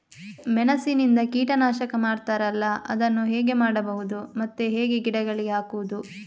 ಮೆಣಸಿನಿಂದ ಕೀಟನಾಶಕ ಮಾಡ್ತಾರಲ್ಲ, ಅದನ್ನು ಹೇಗೆ ಮಾಡಬಹುದು ಮತ್ತೆ ಹೇಗೆ ಗಿಡಗಳಿಗೆ ಹಾಕುವುದು?